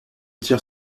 tire